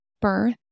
birth